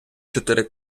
чотири